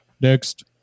Next